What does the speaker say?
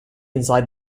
inside